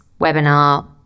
webinar